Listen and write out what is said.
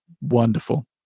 wonderful